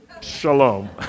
shalom